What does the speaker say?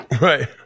Right